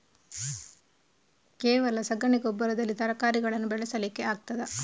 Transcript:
ಕೇವಲ ಸಗಣಿ ಗೊಬ್ಬರದಲ್ಲಿ ತರಕಾರಿಗಳನ್ನು ಬೆಳೆಸಲಿಕ್ಕೆ ಆಗ್ತದಾ?